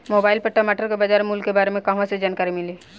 Mobile पर टमाटर के बजार मूल्य के बारे मे कहवा से जानकारी मिली?